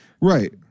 Right